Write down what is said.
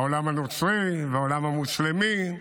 העולם הנוצרי והעולם המוסלמי.